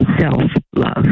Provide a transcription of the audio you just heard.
self-love